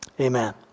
amen